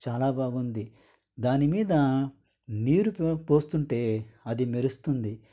చాలా బాగుంది దాని మీద నీరుతో పోస్తుంటే అది మెరుస్తుంది